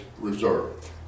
reserved